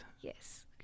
Yes